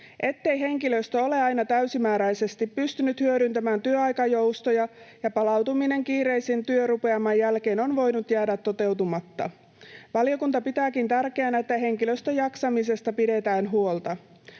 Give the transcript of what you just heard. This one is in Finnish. ettei henkilöstö ole aina täysimääräisesti pystynyt hyödyntämään työaikajoustoja ja palautuminen kiireisen työrupeaman jälkeen on voinut jäädä toteutumatta. Valiokunta pitääkin tärkeänä, että henkilöstön jaksamisesta pidetään huolta.